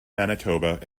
manitoba